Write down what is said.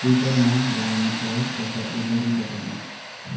ट्विटरमा वालमार्टलाई एउटा उजुरी पठाउनुहोस्